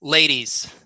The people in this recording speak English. Ladies